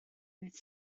ddydd